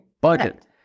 budget